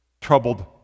troubled